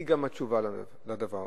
היא גם התשובה לדבר.